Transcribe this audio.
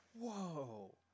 whoa